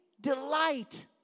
delight